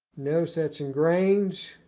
notice that's in grains.